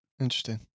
Interesting